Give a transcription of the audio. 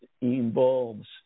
involves